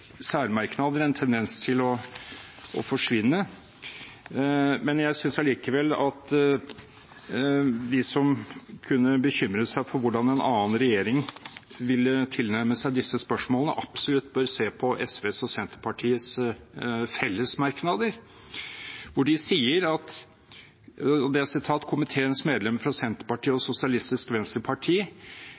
særmerknader en tendens til å forsvinne, men jeg synes allikevel at de som kunne bekymre seg for hvordan en annen regjering ville tilnærme seg disse spørsmålene, absolutt bør se på SV og Senterpartiets fellesmerknader. Komiteens medlemmer fra Senterpartiet og Sosialistisk Venstreparti